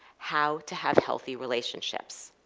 how to have healthy relationships.